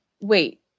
Wait